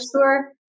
sure